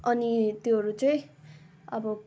अनि त्योहरू चाहिँ अब